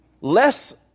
less